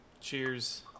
Cheers